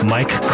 Mike